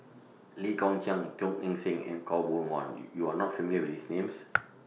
Lee Kong Chian Teo Eng Seng and Khaw Boon Wan YOU YOU Are not familiar with These Names